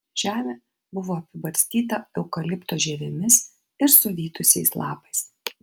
žemė buvo apibarstyta eukalipto žievėmis ir suvytusiais lapais